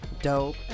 Dope